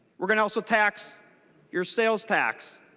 are going to also tax your sales tax